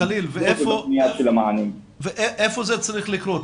חליל, איפה זה צריך לקרות?